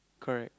correct